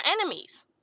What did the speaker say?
enemies